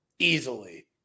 Easily